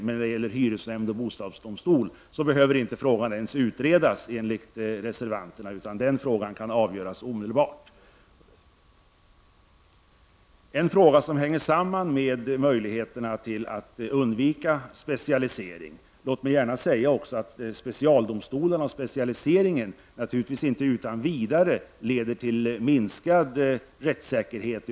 Men när det gäller hyresnämnd och bostadsdomstol behöver enligt reservanterna frågorna inte ens utredas. Sådana frågor kan, menar de, avgöras omedelbart. Låt mig också säga att specialdomstolarna och specialiseringen naturligtvis inte utan vidare leder till en minskad rättssäkerhet.